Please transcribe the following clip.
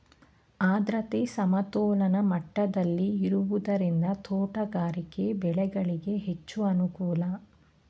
ಆದ್ರತೆ ಸಮತೋಲನ ಮಟ್ಟದಲ್ಲಿ ಇರುವುದರಿಂದ ತೋಟಗಾರಿಕೆ ಬೆಳೆಗಳಿಗೆ ಹೆಚ್ಚು ಅನುಕೂಲ